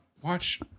watch